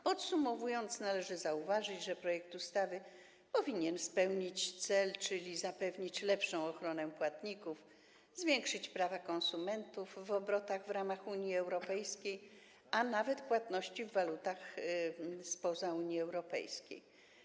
Podsumowując, należy zauważyć, że projekt ustawy powinien spełnić cel, czyli zapewnić lepszą ochronę płatników, zwiększyć prawa konsumentów w obrotach w ramach Unii Europejskiej, a nawet płatności w walutach spoza Unii Europejskiej.